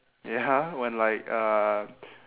ya when like uh